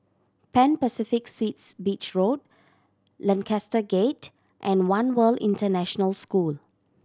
Pan Pacific Suites Beach Road Lancaster Gate and One World International School